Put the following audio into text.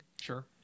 Sure